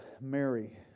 Mary